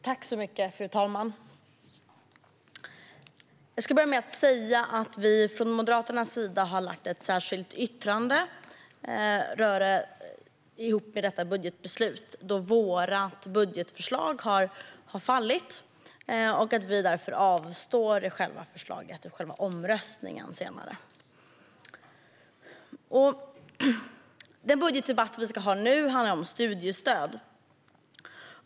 Fru talman! Jag ska börja med att säga att vi från Moderaternas sida har ett särskilt yttrande rörande detta beslut, då vårt budgetförslag har fallit och vi därför avstår från att delta i omröstningen om förslaget. Den budgetdebatt vi ska ha nu handlar om studiestöd.